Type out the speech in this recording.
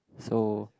so